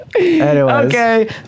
Okay